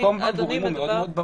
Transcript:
מקום מגורים הוא מאוד ברור.